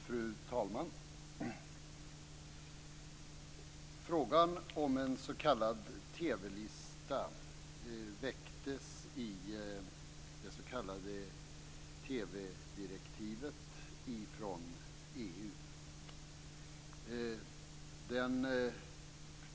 Fru talman! Frågan om en, som det heter, TV-lista väcktes i det s.k. TV-direktivet från EU.